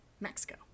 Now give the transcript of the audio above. mexico